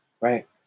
right